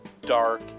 dark